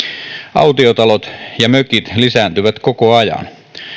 autiotalot ja mökit lisääntyvät koko ajan